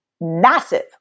massive